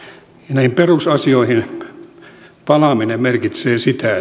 näihin perusasioihin palaaminen merkitsee sitä